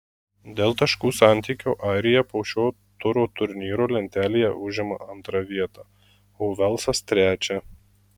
dėl taškų santykio airija po šio turo turnyro lentelėje užima antrą vietą o velsas trečią